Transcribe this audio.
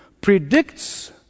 predicts